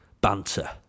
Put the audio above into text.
banter